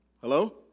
Hello